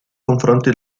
confronti